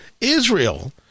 Israel